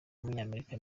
w’umunyamerika